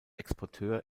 exporteur